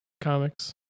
comics